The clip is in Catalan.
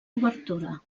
obertura